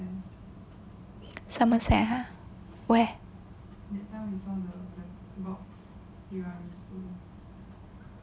somerset !huh! where